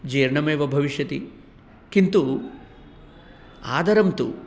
जीर्णमेव भविष्यति किन्तु आदरं तु